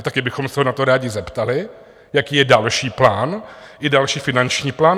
Také bychom se ho na to rádi zeptali, jaký je další plán i další finanční plán.